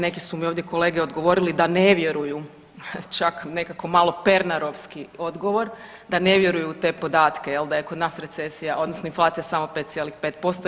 Neki su mi ovdje kolege odgovorili da ne vjeruju čak nekako malo Pernarovski odgovor, da ne vjeruju u te podatke, da je kod nas recesija, odnosno inflacija samo 5,5%